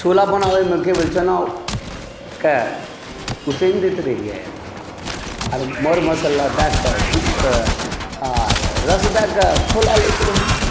छोला बनाबैमे केवल चनाकए उसनि दैत रहिए आओर मर मसल्ला दऽ कऽ भुजि कऽ आओर रस दऽ कऽ खौला लैत रही